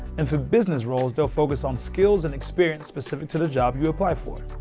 and for business roles they'll focus on skills and experience specific to the job you applied for.